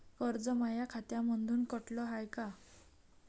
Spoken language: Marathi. कर्ज माया खात्यामंधून कटलं हाय का?